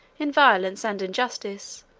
in violence and injustice,